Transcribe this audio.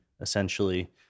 essentially